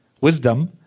wisdom